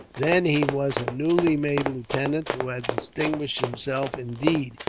then he was a newly made lieutenant, who had distinguished himself, indeed,